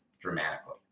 dramatically